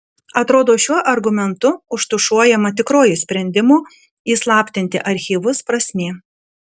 atrodo šiuo argumentu užtušuojama tikroji sprendimo įslaptinti archyvus prasmė